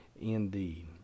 indeed